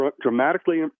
dramatically